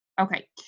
Okay